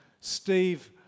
Steve